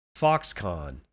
Foxconn